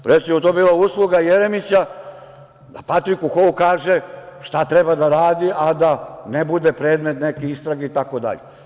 Recimo, to bi bila usluga Jeremića da Patriku Hou kaže šta treba da radi, a da ne bude predmet neke istrage, itd.